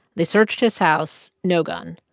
they searched his house no gun.